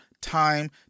time